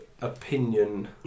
opinion